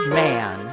man